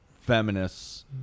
feminists